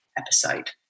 episode